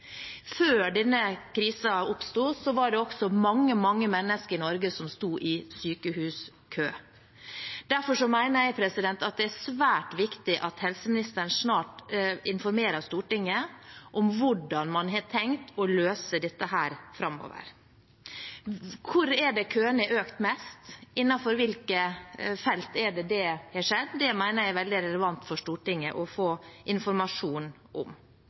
Før denne krisen oppsto, var det også mange mennesker i Norge som sto i sykehuskø. Derfor mener jeg det er svært viktig at helseministeren snart informerer Stortinget om hvordan man har tenkt å løse dette framover. Hvor er det køene er økt mest? Innenfor hvilke felt er det det har skjedd? Det mener jeg er veldig relevant for Stortinget å få informasjon om.